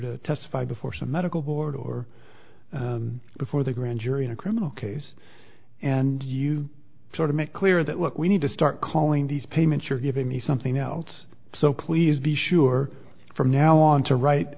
to testify before some medical board or before the grand jury in a criminal case and you sort of make clear that what we need to start calling these payments you're giving me something else so clears be sure from now on to ri